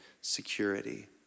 security